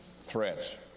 threats